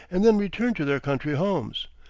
and then return to their country homes.